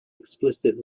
explicit